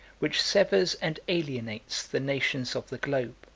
which severs and alienates the nations of the globe.